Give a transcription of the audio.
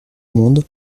mondes